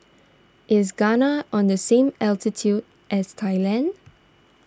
is Ghana on the same altitude as Thailand